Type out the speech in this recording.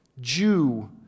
Jew